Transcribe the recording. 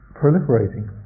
proliferating